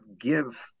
give